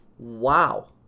Wow